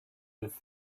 with